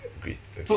agreed 对